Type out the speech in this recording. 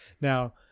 Now